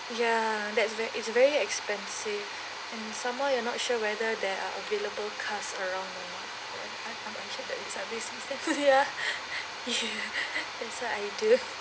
ya that's very it's very expensive and some more you're not sure whether there are available cars around or no ya that's what I do